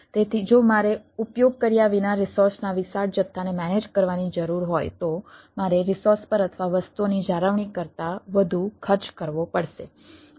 તેથી જો મારે ઉપયોગ કર્યા વિના રિસોર્સના વિશાળ જથ્થાને મેનેજ કરવાની જરૂર હોય તો મારે રિસોર્સ પર અથવા વસ્તુઓની જાળવણી કરતાં વધુ ખર્ચ કરવો પડશે